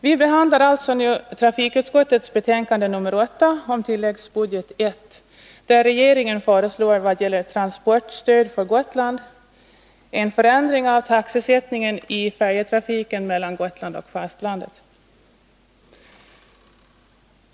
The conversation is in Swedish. Vi behandlar alltså nu trafikutskottets betänkande nr 8 om tilläggsbudget I, där regeringen vad gäller transportstöd för Gotland föreslår en förändring av taxesättningen i färjetrafiken mellan Gotland och fastlandet.